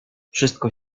wszystko